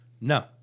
No